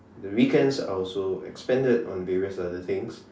the weekends are also expanded on various other things